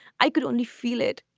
i could only feel it.